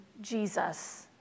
Jesus